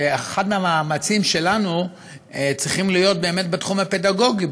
שאחד המאמצים שלנו צריך להיות באמת בתחום הפדגוגי,